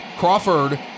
Crawford